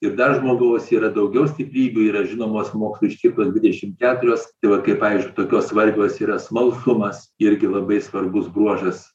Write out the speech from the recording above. ir dar žmogaus yra daugiau stiprybių yra žinomos mokslo ištirtos dvidešim keturios tai va kaip pavyzdžiui tokios svarbios yra smalsumas irgi labai svarbus bruožas